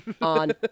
on